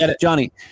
johnny